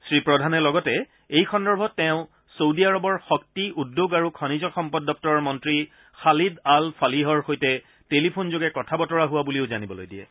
শ্ৰী প্ৰধানে লগতে এই সন্দৰ্ভত তেওঁ ছৌডি আৰবৰ শক্তি উদ্যোগ আৰু খনিজ সম্পদ দপ্তৰৰ মন্ত্ৰী খালিদ আল ফালিহৰ সৈতে টেলিফোনযোগে কথা বতৰা হোৱা বুলিও জানিবলৈ দিয়ে